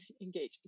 engaging